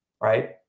right